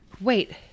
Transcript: Wait